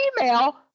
email